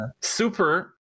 Super